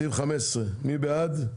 סעיף 13. מי בעד?